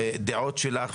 מתומצת.